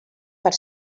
per